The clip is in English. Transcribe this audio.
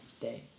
day